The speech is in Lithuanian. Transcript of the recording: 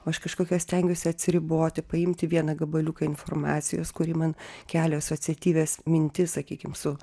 o aš kažkokia stengiuosi atsiriboti paimti vieną gabaliuką informacijos kuri man kelia asociatyvias mintis sakykim su